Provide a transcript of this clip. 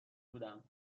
بودم